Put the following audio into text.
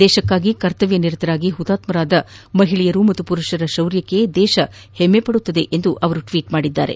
ದೇಶಕ್ಕಾಗಿ ಕರ್ತವ್ಯ ನಿರತರಾಗಿ ಹುತಾತ್ಮರಾದ ಮಹಿಳೆ ಮತ್ತು ಪುರುಷರ ಶೌರ್ಯಕ್ಕೆ ದೇಶ ಹೆಮ್ಮೆ ಪಡುತ್ತದೆ ಎಂದು ಅವರು ಟ್ವೀಟ್ ಮಾಡಿದ್ದಾರೆ